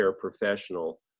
professional